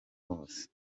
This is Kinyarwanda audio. hose